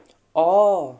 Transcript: orh